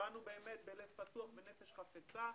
באנו בלב פתוח ונפש חפצה.